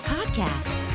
Podcast